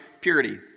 purity